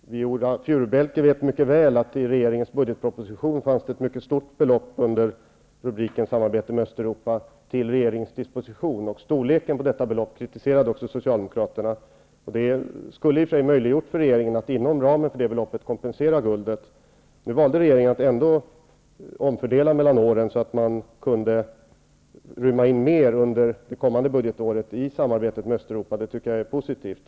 Fru talman! Viola Furubjelke vet mycket väl att det i regerings budgetproposition fanns ett mycket stort belopp under rubriken samarbete med Östeuropa till regeringens disposition. Socialdemokraterna kritiserade också storleken på detta belopp. Det skulle i och för sig ha möjliggjort för regeringen att kompensera guldet inom ramen för det beloppet. Nu valde regeringen att omfördela mellan åren så att mer kunde inrymmas under det kommande budgetåret i samarbetet med Östeuropa. Jag tycker att det är positivt.